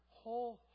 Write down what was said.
whole